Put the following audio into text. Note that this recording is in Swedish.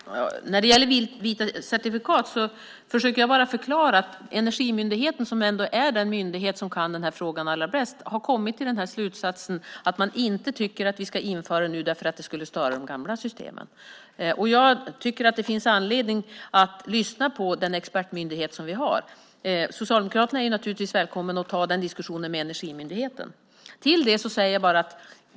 Herr talman! När det gäller vita certifikat försöker jag bara förklara att Energimyndigheten, som ju är den myndighet som kan frågan allra bäst, kommit till slutsatsen att vi inte ska införa dem nu eftersom det skulle störa de gamla systemen. Jag tycker att det finns anledning att lyssna på den expertmyndighet som vi har. Socialdemokraterna är naturligtvis välkomna att ta den diskussionen med Energimyndigheten.